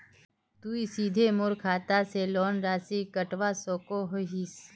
तुई सीधे मोर खाता से लोन राशि कटवा सकोहो हिस?